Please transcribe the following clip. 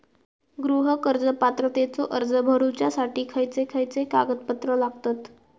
गृह कर्ज पात्रतेचो अर्ज भरुच्यासाठी खयचे खयचे कागदपत्र लागतत?